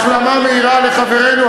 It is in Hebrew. החלמה מהירה לחברנו,